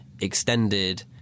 extended